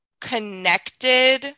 connected